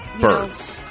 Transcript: birds